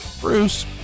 bruce